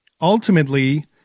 ultimately